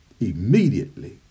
immediately